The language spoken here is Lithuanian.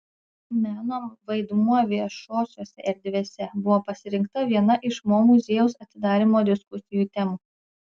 meno vaidmuo viešosiose erdvėse buvo pasirinkta viena iš mo muziejaus atidarymo diskusijų temų